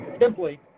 simply